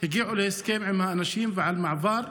הגיעה להסכם עם האנשים על מעבר.